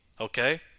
Okay